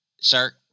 Sir